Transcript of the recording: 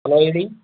hello ಹೇಳಿ